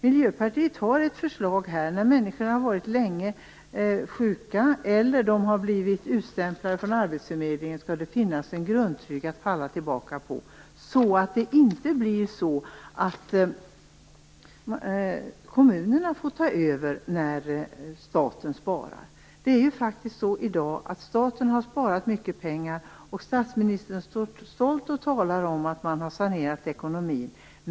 Miljöpartiet har ett förslag, nämligen att det när människor har varit sjuka länge eller har blivit utstämplade från arbetsförmedlingen skall finnas en grundtrygghet att falla tillbaka på, så att det inte blir kommunerna som får ta över när staten sparar. Staten har i dag sparat mycket pengar, och statsministern talar stolt om att man har sanerat ekonomin.